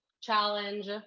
challenge